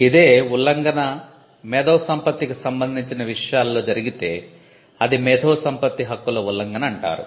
ఇదే ఉల్లంఘన మేధోసంపత్తికి సంబంధించిన విషయాలలో జరిగితే అది మేధోసంపత్తి హక్కుల ఉల్లంఘన అంటారు